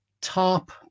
top